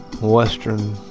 western